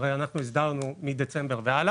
הרי, אנחנו הסדרנו מדצמבר 2022 והלאה